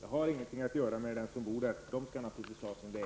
Det har ingenting att göra med de människor som bor i området, för de skall naturligtvis ha sin väg.